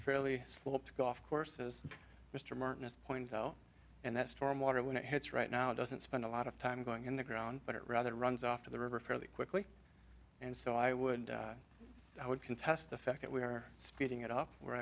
fairly sloped to go off course as mr martin is point and that storm water when it hits right now doesn't spend a lot of time going in the ground but rather runs off to the river fairly quickly and so i would i would contest the fact that we are speeding it up we're